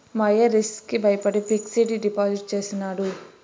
మా అయ్య రిస్క్ కి బయపడి ఫిక్సిడ్ డిపాజిట్ చేసినాడు